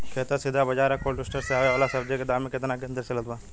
खेत से सीधा बाज़ार आ कोल्ड स्टोर से आवे वाला सब्जी के दाम में केतना के अंतर चलत बा?